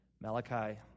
Malachi